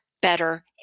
better